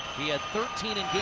he had thirteen in